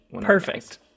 perfect